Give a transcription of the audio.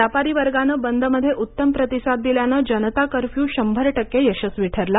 व्यापारी वर्गानं बंदमध्ये उत्तम प्रतिसाद दिल्यानं जनता कर्फ्यू शंभर टक्के यशस्वी ठरला